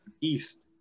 East